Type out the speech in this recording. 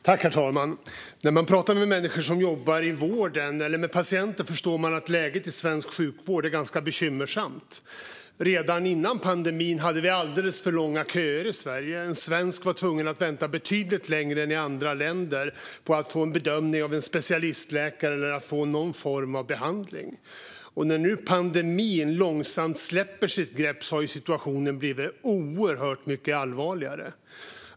Herr talman! När man pratar med patienter eller med människor som jobbar i vården förstår man att läget i svensk sjukvård är ganska bekymmersamt. Redan före pandemin hade vi alldeles för långa köer i Sverige. En svensk var tvungen att vänta betydligt längre än man behöver i andra länder på att få en bedömning av en specialistläkare eller på att få någon form av behandling. När nu pandemin långsamt släpper sitt grepp har situationen blivit oerhört mycket allvarligare.